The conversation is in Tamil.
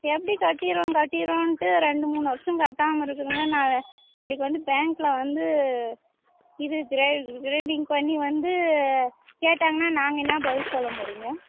எப்படி கட்டிடுவோம் கட்டிடுவோன்ட்டு ரெண்டு மூணு வருஷம் கட்டாமல் இருக்கிறீங்க நான் நாளைக்கு வந்து பேங்கில் வந்து இது க்ரே க்ரேடிங் பண்ணி வந்து கேட்டாங்கன்னால் நாங்கள் என்ன பதில் சொல்ல முடியுங்க